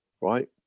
right